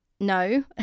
No